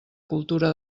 cultura